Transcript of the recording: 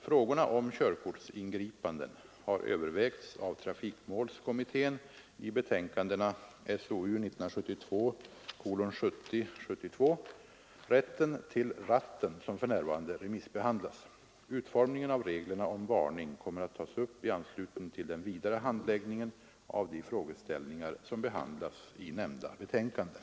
Frågorna om körkortsingripanden har övervägts av trafikmålskommittén i betänkandena Rätten till ratten, som för närvarande remissbehandlas. Utformningen av reglerna om varning kommer att tas upp i anslutning till den vidare handläggningen av de frågeställningar som behandlas i nämnda betänkanden.